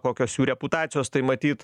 kokios jų reputacijos tai matyt